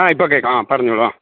ആ ഇപ്പം കേൾക്കാം ആ പറഞ്ഞോളു ആ